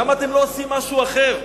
למה אתם לא עושים משהו אחר?